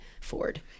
Ford